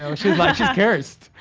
ah she's cursed.